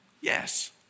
Yes